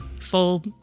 full